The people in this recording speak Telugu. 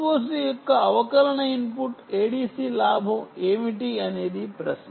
SOC యొక్క అవకలన ఇన్పుట్ ADC లాభం ఏమిటి అనేది ప్రశ్న